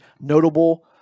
notable